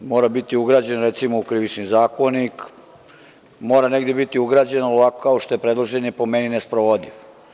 Mora biti ugrađen u Krivični zakonik, mora negde biti ugrađen, a ovako kao što je predložen, po meni je nesprovodiv.